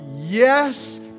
yes